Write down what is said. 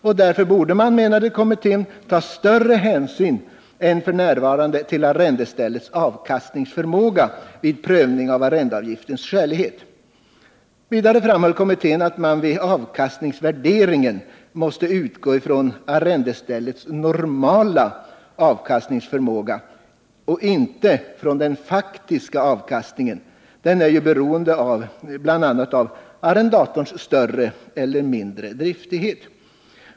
Därför borde man, menade kommittén, ta större hänsyn än f.n. till arrendeställets avkastningsförmåga vid prövning av arrendeavgiftens skälighet. Vidare framhöll kommittén att man vid avkastningsvärderingen måste utgå från arrendeställets normala avkastningsförmåga och inte från den faktiska avkastningen, som ju är beroende bl.a. av arrendatorns större eller mindre driftighet.